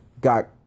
got